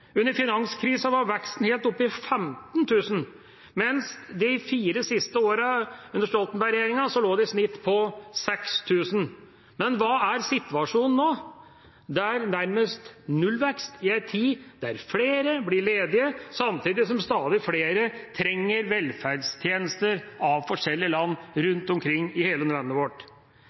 Under finanskrisen var veksten helt oppe i 15 000, mens den de fire siste åra under Stoltenberg-regjeringa i snitt lå på 6 000. Men hva er situasjonen nå? Det er nærmest nullvekst, i en tid da flere blir ledige, samtidig som stadig flere trenger velferdstjenester av